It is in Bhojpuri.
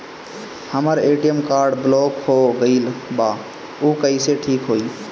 हमर ए.टी.एम कार्ड ब्लॉक हो गईल बा ऊ कईसे ठिक होई?